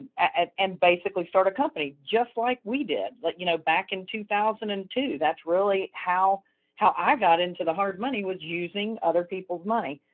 and and basically start a company just like we did, like, you know, back in two thousand and two. that's really how how i got into the hard money was using other people's money.